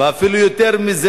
ואפילו יותר מזה,